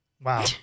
Wow